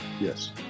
Yes